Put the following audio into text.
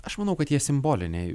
aš manau kad jie simboliniai